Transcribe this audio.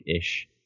ish